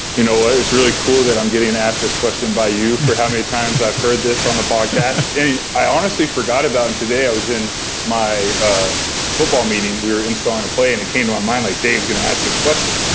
you know what, it's really cool that i'm getting asked this question by you. for how many times i've heard this on the podcast. i honestly forgot about and today i was in my football meeting, we were installing a play and it came to my mind like dave's going to ask this question.